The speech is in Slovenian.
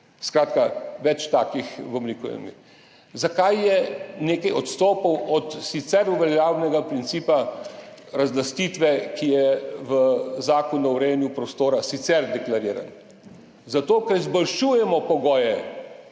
skratka, več takih, bom rekel, anomalij. Zakaj je nekaj odstopov od sicer uveljavljenega principa razlastitve, ki je v Zakonu o urejanju prostora sicer deklariran? Zato ker izboljšujemo pogoje